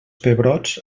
pebrots